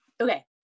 Okay